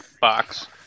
box